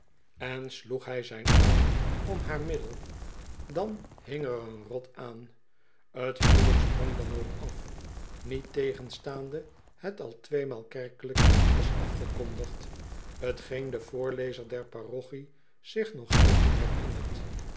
en sloeg hij zijn arm om haar middel dan hing er een rot aan t huwelijk sprong dan ook af niettegenstaande het al tweemaal kerkelijk was afgekondigd t geen de voorlezer der parochie zich nog heel goed herinnert